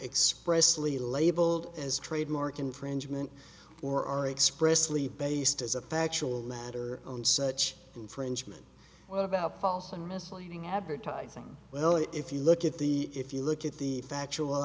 expressly labeled as trademark infringement or are express lee based as a factual matter on such infringement what about false and misleading advertising well if you look at the if you look at the factual